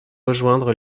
rejoindre